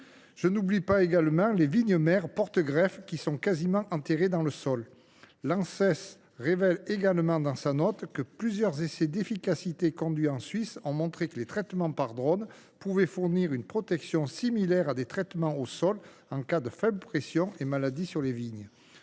Je n’oublie pas non plus les vignes mères porte greffes, qui sont quasi enterrées dans le sol. L’Anses relève en outre dans sa note que « plusieurs essais d’efficacité conduits en Suisse ont […] montré que des traitements par drone pouvaient fournir une protection similaire à des traitements au sol […] en cas de faible pression en maladies sur vigne